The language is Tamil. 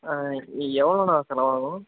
எவ்வளோணா செலவாகும்